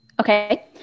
Okay